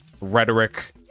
rhetoric